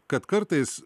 kad kartais